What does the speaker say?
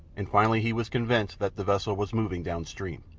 and finally he was convinced that the vessel was moving down-stream.